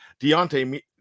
Deontay